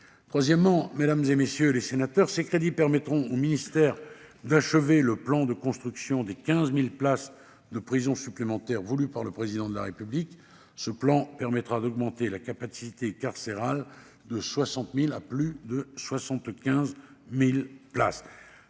ces crédits permettront au ministère d'achever le plan de construction des 15 000 places de prison supplémentaires voulu par le Président de la République. Ce plan permettra d'augmenter la capacité carcérale de 60 000 à plus de 75 000 places.